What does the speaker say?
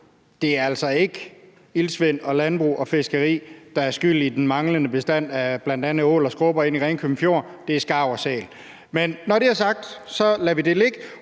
at det altså ikke er iltsvind og landbrug og fiskeri, der er skyld i den manglende bestand af bl.a. ål og skrubber inde i Ringkøbing Fjord. Det er skarv og sæl. Men når det er sagt, lader vi det ligge,